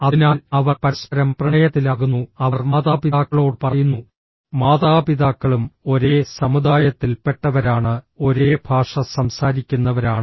അതിനാൽ അവർ പരസ്പരം പ്രണയത്തിലാകുന്നു അവർ മാതാപിതാക്കളോട് പറയുന്നു മാതാപിതാക്കളും ഒരേ സമുദായത്തിൽ പെട്ടവരാണ് ഒരേ ഭാഷ സംസാരിക്കുന്നവരാണ്